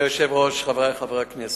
אדוני היושב-ראש, חברי חברי הכנסת,